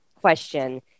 question